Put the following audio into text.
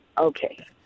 Okay